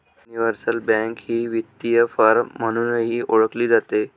universal bank ही वित्तीय firm म्हणूनही ओळखली जाते